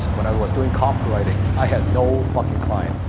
when i was doing copywriting, i had no fucking client.